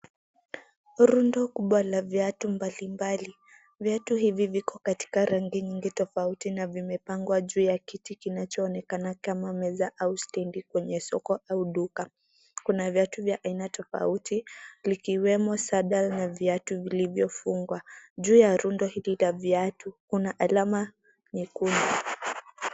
Rundo kubwa la viatu mbalimbali . Viatu hivi viko katika rangi nyingi tofauti na vimepangwa juu ya kiti kinachoonekana kama meza au stendi kwenye soko au duka. Kuna viatu vya aina tofauti likiwemo sandal na viatu vilivyofungwa. Juu ya rundo hili la viatu, kuna alama nyekundu.